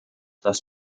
das